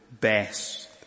best